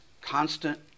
constant